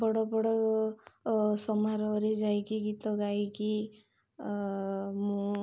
ବଡ଼ ବଡ଼ ସମାରୋହରେ ଯାଇକି ଗୀତ ଗାଇକି ମୁଁ